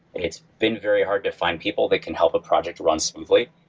it's been very hard to find people that can help a project run smoothly.